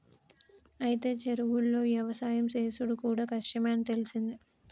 అయితే చెరువులో యవసాయం సేసుడు కూడా కష్టమే అని తెలిసింది